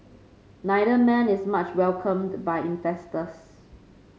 neither man is much welcomed by investors